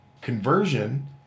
Conversion